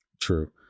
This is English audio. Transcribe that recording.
True